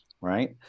right